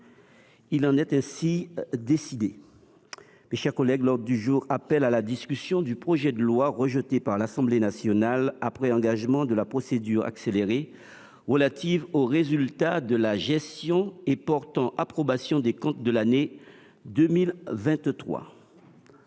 Il en est ainsi décidé. L’ordre du jour appelle la discussion du projet de loi, rejeté par l’Assemblée nationale après engagement de la procédure accélérée, relative aux résultats de la gestion et portant approbation des comptes de l’année 2023